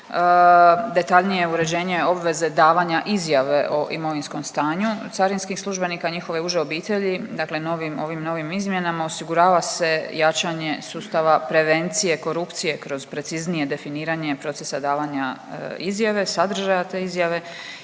detaljnije uređenje obveze davanja izjave o imovinskom stanju carinskih službenika i njihove uže obitelji. Dakle ovim novim izmjenama osigurava se jačanje sustava prevencije korupcije kroz preciznije definiranje procesa davanja izjave, sadržaja te izjave